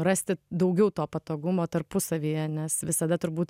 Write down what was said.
rasti daugiau to patogumo tarpusavyje nes visada turbūt